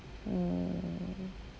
mm